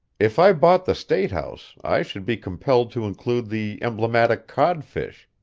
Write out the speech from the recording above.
if i bought the state house i should be compelled to include the emblematic codfish,